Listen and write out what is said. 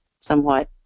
somewhat